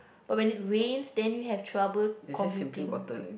but when it rains then you have trouble commuting